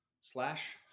slash